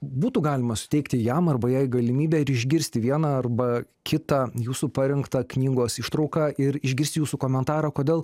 būtų galima suteikti jam arba jai galimybę ir išgirsti vieną arba kitą jūsų parinktą knygos ištrauką ir išgirst jūsų komentarą kodėl